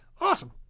awesome